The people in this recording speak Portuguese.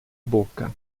boca